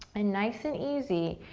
ah nice and easy,